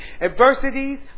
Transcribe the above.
Adversities